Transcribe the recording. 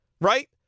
right